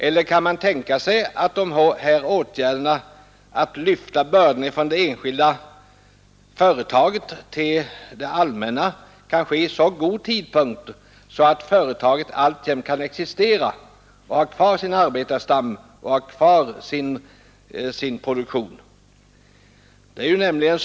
Eller kan man tänka sig att denna åtgärd — att lyfta bördan från det enskilda företaget över till det allmänna — kan vidtas i så god tid att företaget alltjämt kan existera, kan ha kvar sin arbetarstam och fortsätta sin produktion?